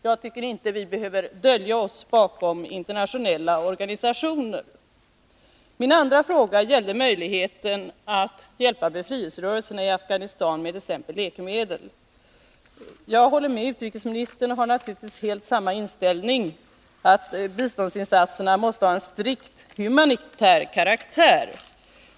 Vi behöver inte dölja oss bakom internationella organisationer. Min ändra fråga gällde möjligheten att hjälpa befrielserörelserna i Afghanistan med t.ex. läkemedel. Jag delar naturligtvis helt utrikesministerns inställning att biståndsinsatserna måste ha en strikt humanitär karaktär.